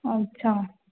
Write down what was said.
अच्छा